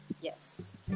yes